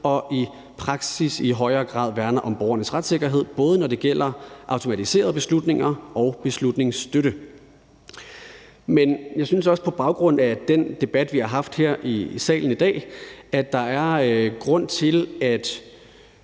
og i praksis i højere grad værner om borgernes retssikkerhed, både når det gælder automatiserede beslutninger og beslutningsstøtte. Men jeg synes, også på baggrund af den debat, vi har haft her i salen i dag, at der er grund til at